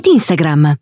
Instagram